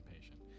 patient